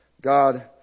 God